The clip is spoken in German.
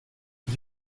ich